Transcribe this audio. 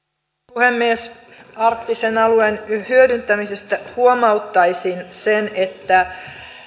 puhemies arktisen alueen hyödyntämisestä huomauttaisin sen että